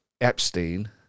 Epstein